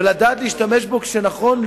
ולדעת להשתמש בו כשנכון,